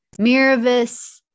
Miravis